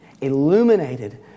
illuminated